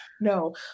No